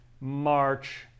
march